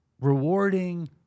rewarding